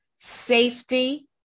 safety